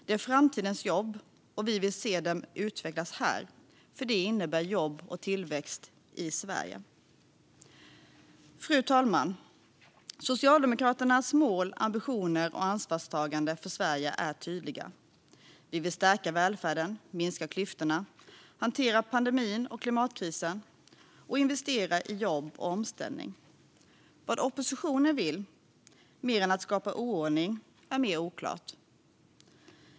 Det är framtidens jobb, och vi vill se dem utvecklas här, för det innebär jobb och tillväxt i Sverige. Fru talman! Socialdemokraternas mål, ambitioner och ansvarstagande för Sverige är tydliga. Vi vill stärka välfärden, minska klyftorna, hantera pandemin och klimatkrisen och investera i jobb och omställning. Vad oppositionen vill mer än att skapa oordning är mer oklart.